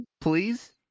Please